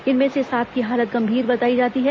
इनमें से सात की हालत गंभीर बताई जाती है